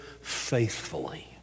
faithfully